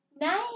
Nice